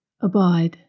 Abide